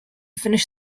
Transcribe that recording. finish